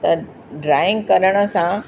त ड्रॉइंग करण सां